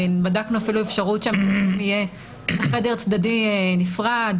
ובדקנו אפילו אפשרות שהמתרגם יהיה בחדר צדדי נפרד,